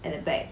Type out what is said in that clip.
at the back